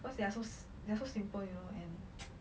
cause they're so they're so simple you know and